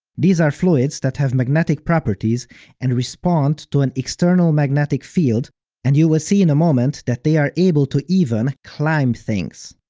these are fluids that have magnetic properties and respond to an external magnetic field and you will see in a moment that they are able to even climb things.